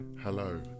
Hello